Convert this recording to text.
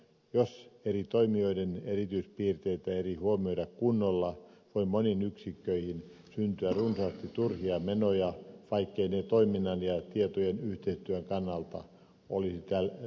jos eri toimijoiden erityispiirteitä ei huomioida kunnolla voi moniin yksikköihin syntyä runsaasti turhia menoja vaikkeivät ne toiminnan ja tietojen yhteistyön kannalta olisi välttämättömiä